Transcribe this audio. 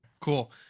Cool